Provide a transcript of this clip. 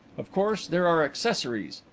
of course, there are accessories.